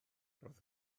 roedd